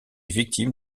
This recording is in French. victime